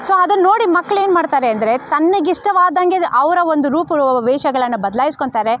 so ಅದನ್ನ ನೋಡಿ ಮಕ್ಳು ಏನ್ಮಾಡ್ತಾರೆ ಅಂದರೆ ತನಗಿಷ್ಟವಾದಂತೆ ಅವರ ಒಂದು ರೂಪ ವೇಷಗಳನ್ನು ಬದಲಾಯಿಸ್ಕೊಳ್ತಾರೆ